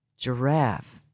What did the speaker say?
Giraffe